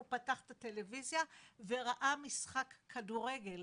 הוא פתח את הטלוויזיה וראה משחק כדורגל.